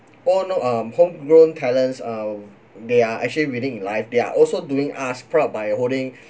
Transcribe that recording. all no um homegrown talents are they are actually winning in life they are also doing us proud by holding